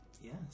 Yes